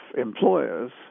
employers